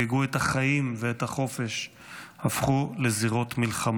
את החיים ואת החופש הפכו לזירות מלחמה.